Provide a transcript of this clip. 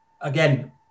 again